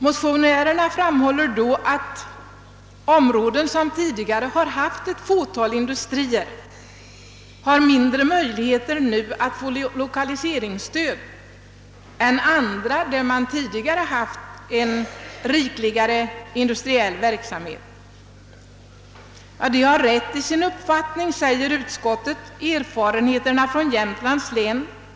Motionärerna framhåller att områden som tidigare har haft ett fåtal industrier nu har mindre möjligheter att få lokaliseringsstöd än andra, som förut haft en rikligare industriell verksamhet. Att de har rätt i sin uppfattning visar erfarenheterna från Jämtlands län.